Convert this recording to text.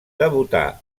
debutà